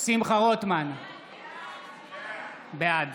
בעד